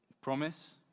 Promise